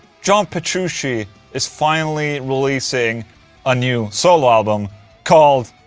john petrucci is finally releasing a new solo album called.